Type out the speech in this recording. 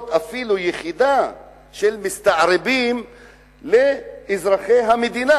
אפילו יחידה של מסתערבים לאזרחי המדינה.